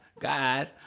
guys